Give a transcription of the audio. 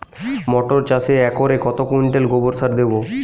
মটর চাষে একরে কত কুইন্টাল গোবরসার দেবো?